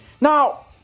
Now